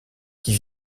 qui